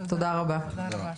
תודה רבה.